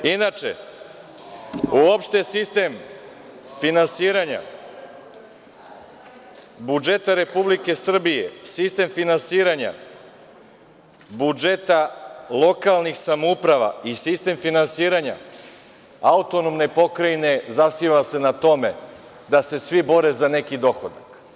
Inače, uopšte sistem finansiranja budžeta Republike Srbije, sistem finansiranja budžeta lokalnih samouprava i sistem finansiranja AP zasniva se na tome da se svi bore za neki dohodak.